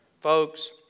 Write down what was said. Folks